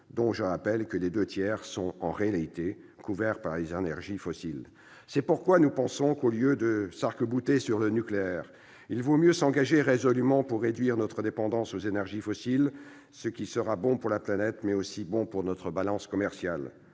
dont, je le rappelle, les deux tiers sont en réalité couverts par les énergies fossiles. C'est pourquoi nous pensons qu'au lieu de s'arc-bouter sur le nucléaire il vaut mieux s'engager résolument pour réduire notre dépendance aux énergies fossiles, ce qui sera bon non seulement pour la planète, mais aussi pour notre balance commerciale.